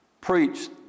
preached